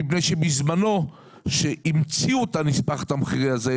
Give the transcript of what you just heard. בזמנו כשהמציאו את הנספח התמחירי הזה,